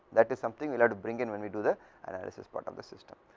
that is something will have to bring and when we do the analysis part of the system.